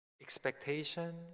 Expectation